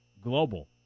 global